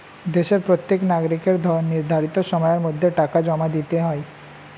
দেশের প্রত্যেক নাগরিককে নির্ধারিত সময়ের মধ্যে টাকা জমা দিতে হয়